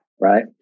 right